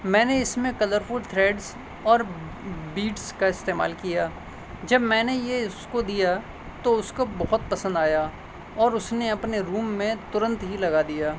میں نے اس میں کلر فل تھریڈس اور بیٹس کا استعمال کیا جب میں نے یہ اس کو دیا تو اس کو بہت پسند آیا اور اس نے اپنے روم میں ترنت ہی لگا دیا